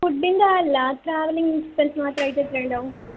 ഫുഡിൻ്റെ അല്ല travelling expense മാത്രമായിട്ട് എത്രയുണ്ടാവും